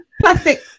Plastic